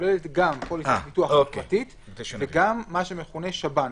כוללת גם פוליסת ביטוח פרטית וגם מה שמכונה שב"ן.